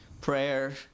prayer